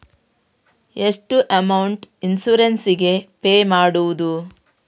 ಎಷ್ಟು amount insurance ಗೇ pay ಮಾಡುವುದು?